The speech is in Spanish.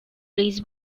luis